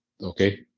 okay